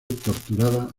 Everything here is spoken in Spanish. torturada